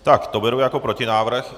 Tak to beru jako protinávrh.